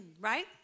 Right